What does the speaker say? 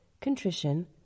Contrition